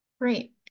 Great